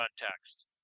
context